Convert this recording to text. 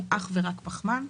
אלא אך ורק פחמן.